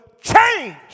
change